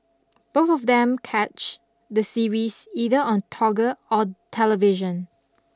both of them catch the series either on Toggle or television